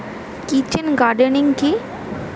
Kitchen gardening কি?